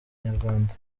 inyarwanda